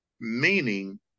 meaning